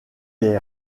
est